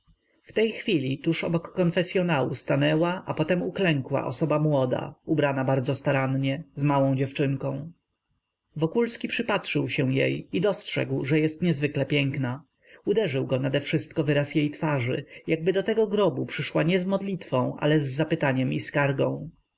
w tej chwili tuż obok konfesyonału stanęła a potem uklękła osoba młoda ubrana bardzo starannie z małą dziewczynką wokulski przypatrzył się jej i dostrzegł że jest niezwykle piękna uderzył go nadewszystko wyraz jej twarzy jakby do tego grobu przyszła nie z modlitwą ale z zapytaniem i skargą